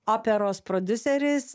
operos prodiuseris